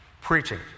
preaching